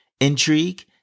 intrigue